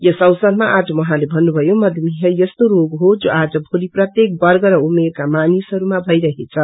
यस अवसरमा आज उहाँले भन्नुभयो मधुमेह यस्तो रोग हो जो आज भोली प्रत्येक वर्ग र उमेरका मानिसहरूमा भईरहेछ